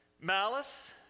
malice